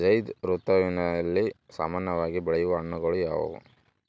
ಝೈಧ್ ಋತುವಿನಲ್ಲಿ ಸಾಮಾನ್ಯವಾಗಿ ಬೆಳೆಯುವ ಹಣ್ಣುಗಳು ಯಾವುವು?